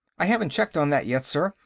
i haven't checked on that yet, sir.